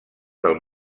del